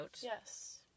Yes